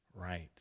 Right